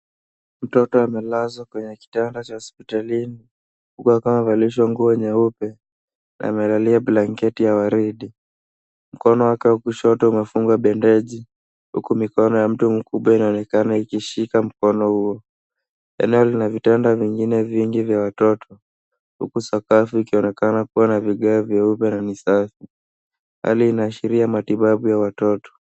Mtoto amelazwa kwenye kitanda cha hospitalini. Huku akawa amevalishwa nguo nyeupe, amelalia blanketi ya waridi. Mkono wake wa kushoto umefungwa bendeji huku mikono ya mtu mkubwa inaonekana ikishika mkono huo. Eneo lina vitanda vingine vingi vya watoto huku sakafu ikionekana kuwa na vigae vyeupe na visafi hali inaashiria matibabu ya watoto.